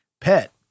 pet